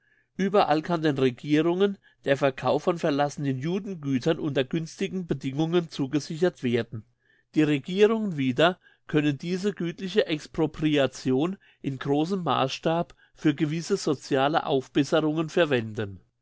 ueberall kann den regierungen der verkauf von verlassenen judengütern unter günstigen bedingungen zugesichert werden die regierungen wieder können diese gütliche expropriation in grossem massstab für gewisse sociale aufbesserungen verwenden